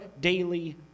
daily